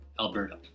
Alberta